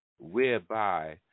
whereby